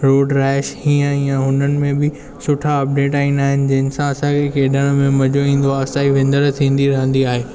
road rise हीअं हीअं हुननि में बि सुठा अपडेट्स ईंदा आहिनि जिन सां असांखे बि खेॾण में मज़ो ईंदो आहे असांजी बि विंदर थींदी रहंदी आहे